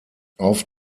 auf